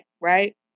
right